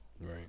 Right